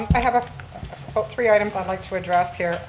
i have three items i'd like to address here.